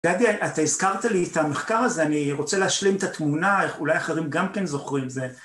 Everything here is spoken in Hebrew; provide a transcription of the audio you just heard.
גדי, אתה הזכרת לי את המחקר הזה, אני רוצה להשלים את התמונה, אולי אחרים גם כן זוכרים את זה.